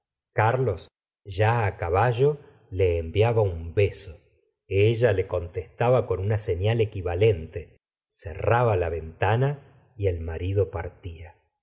carlos ya caballo le enviaba un beso ella le bontestaba con una señal equivalente cerraba la ventana y el marido partía